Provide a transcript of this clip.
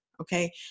Okay